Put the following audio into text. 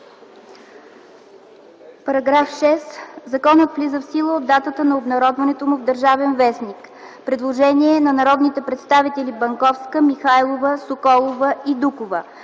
„§ 6. Законът влиза в сила от датата на обнародването му в „Държавен вестник”.” Предложение на народните представители Банковска, Михайлова, Соколова и Дукова.